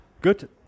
good